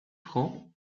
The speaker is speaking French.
francs